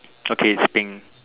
okay it's pink it's pink